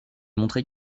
montrer